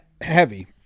heavy